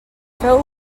feu